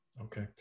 Okay